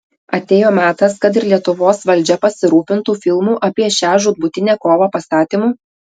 atėjo metas kad ir lietuvos valdžia pasirūpintų filmų apie šią žūtbūtinę kovą pastatymu